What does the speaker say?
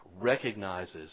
recognizes